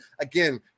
Again